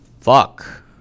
fuck